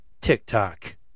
TikTok